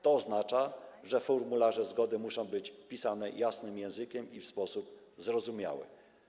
To oznacza, że formularze zgody muszą być pisane jasnym językiem i w sposób zrozumiały.